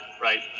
right